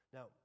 Now